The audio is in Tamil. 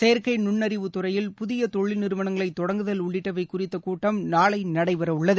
செயற்கை நுண்ணறிவு துறையில் புதிய தொழில் நிறுவனங்களை தொடங்குதல் உள்ளிட்டவை குறித்த கூட்டம் நாளை நடைபெற உள்ளது